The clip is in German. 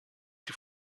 die